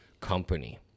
company